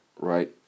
Right